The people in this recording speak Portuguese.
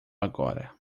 agora